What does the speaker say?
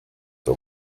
the